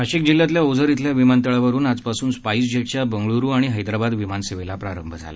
नाशिक जिल्ह्यातल्या ओझर इथल्या विमानतळावरून आजपासून स्पाइस जेटच्या बंगरूळ आणि हैदराबाद विमान सेवेला प्रारंभ झाला